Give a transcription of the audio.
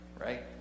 Right